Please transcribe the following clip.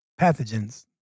Pathogens